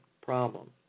problem